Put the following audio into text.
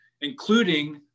including